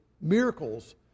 miracles